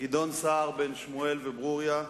גדעון סער, בן שמואל וברוריה,